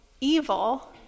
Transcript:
evil